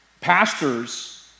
pastors